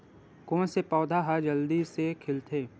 कोन से पौधा ह जल्दी से खिलथे?